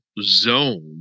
Zone